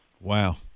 Wow